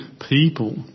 people